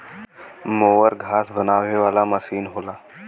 mower घास बनावे वाला मसीन होला